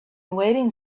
waiting